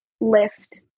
lift